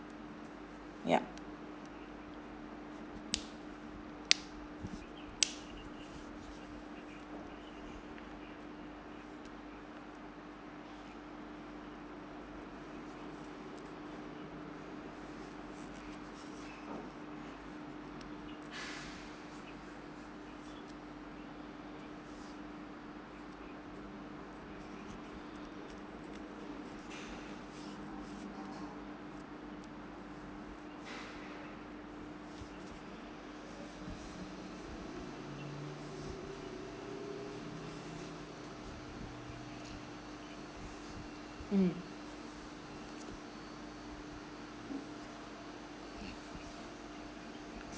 yup mm